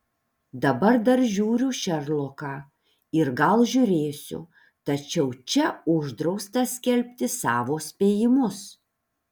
dabar dar žiūriu šerloką ir gal žiūrėsiu tačiau čia uždrausta skelbti savo spėjimus